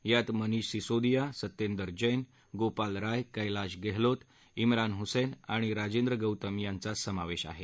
यात मनिष सिसोदिया सत्येदर जैन गोपाल राय कैलाश गलहोत इम्रान हुसेन आणि राजेंद्र गौतम यांचा समावेश आहे